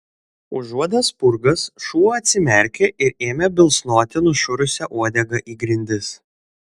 užuodęs spurgas šuo atsimerkė ir ėmė bilsnoti nušiurusia uodega į grindis